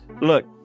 Look